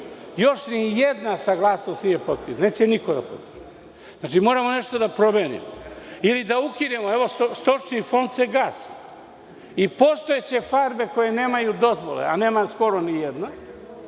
nijedna saglasnost nije potpisana, neće niko da potpiše. Znači, moramo nešto da promenimo ili da ukinemo, evo Stočni fond se gasi i postojaće farme koje nemaju dozvole, a nema skoro nijedna